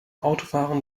autofahren